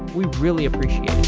we really appreciate